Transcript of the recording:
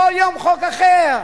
כל יום חוק אחר.